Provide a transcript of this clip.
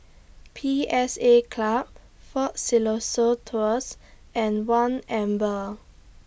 P S A Club Fort Siloso Tours and one Amber